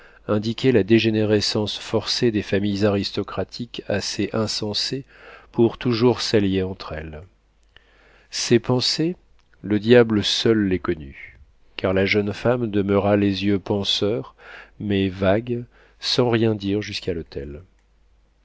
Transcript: indiquait la dégénérescence forcée des familles aristocratiques assez insensées pour toujours s'allier entre elles ces pensées le diable seul les connut car la jeune femme demeura les yeux penseurs mais vagues sans rien dire jusqu'à l'hôtel